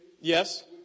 Yes